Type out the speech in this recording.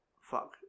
fuck